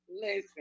Listen